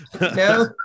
No